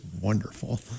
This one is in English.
wonderful